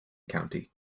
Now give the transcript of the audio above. county